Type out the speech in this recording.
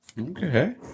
Okay